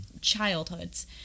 childhoods